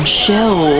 Show